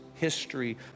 history